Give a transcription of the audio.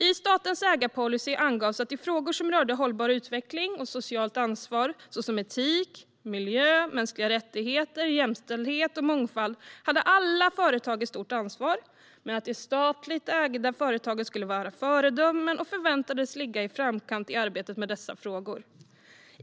I statens ägarpolicy angavs att alla företag hade ett stort ansvar i frågor som rörde hållbar utveckling och socialt ansvar, såsom etik, miljö, mänskliga rättigheter, jämställdhet och mångfald, men att de statligt ägda företagen skulle vara föredömen och förväntades ligga i framkant i arbetet med dessa frågor.